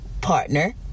partner